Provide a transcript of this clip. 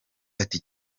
ati